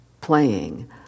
playing